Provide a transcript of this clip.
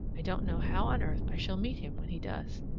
i don't know how on earth i shall meet him when he does.